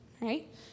right